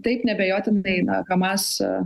taip neabejotinai na hamas